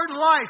life